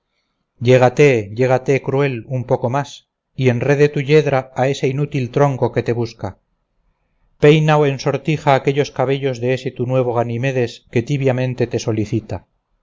llégate llégate cruel un poco más y enrede tu yedra a ese inútil tronco que te busca peina o ensortija aquellos cabellos de ese tu nuevo ganimedes que tibiamente te solicita